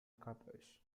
copies